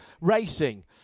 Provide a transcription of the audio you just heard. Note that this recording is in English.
Racing